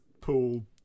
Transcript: pool